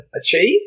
achieve